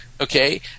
Okay